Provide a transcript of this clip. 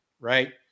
Right